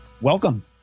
Welcome